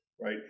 Right